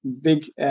big